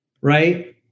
right